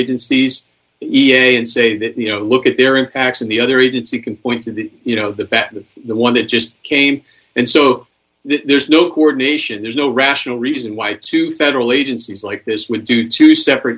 agencies e a a and say that you know look at their impacts and the other agency can point to the you know the fact that the one it just came and so there's no coordination there's no rational reason why two federal agencies like this would do to separate